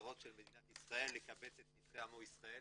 ממטרות מדינת ישראל, לקבץ את נתחי עמו ישראל